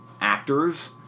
actors